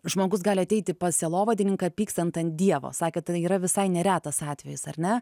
žmogus gali ateiti pas sielovadininką pykstant ant dievo sakėt tai yra visai neretas atvejis ar ne